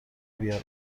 بیار